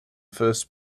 first